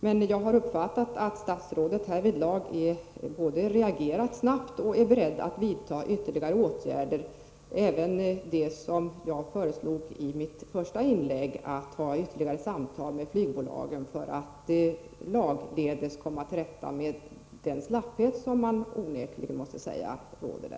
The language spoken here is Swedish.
Men jag har uppfattat att statrådet härvidlag både har reagerat snabbt och är beredd att vidta ytterligare åtgärder, även sådana åtgärder som jag föreslog i mitt första inlägg, nämligen att ha ytterligare samtal med flygbolagen för att komma till rätta med den slapphet som onekligen måste sägas råda.